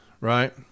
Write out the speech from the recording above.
right